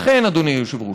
לכן, אדוני היושב-ראש,